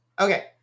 Okay